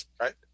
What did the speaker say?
right